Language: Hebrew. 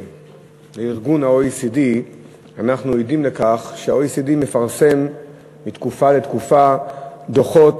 ל-OECD אנחנו עדים לכך שה-OECD מפרסם מתקופה לתקופה דוחות